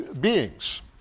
beings